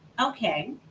okay